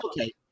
okay